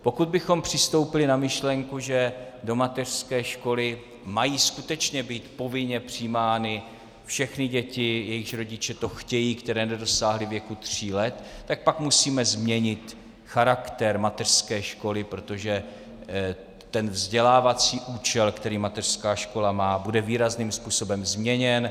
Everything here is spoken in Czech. Pokud bychom přistoupili na myšlenku, že do mateřské školy mají skutečně být povinně přijímány všechny děti, jejichž rodiče to chtějí, které nedosáhly věku tří let, tak pak musíme změnit charakter mateřské školy, protože ten vzdělávací účel, který mateřská škola má, bude výrazným způsobem změněn.